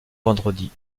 vendredi